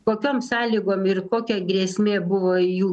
kokiom sąlygom ir kokia grėsmė buvo jų